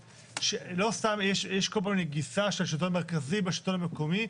לא סתם יש כל פעם נגיסה של השלטון המרכזי בשלטון המקומי.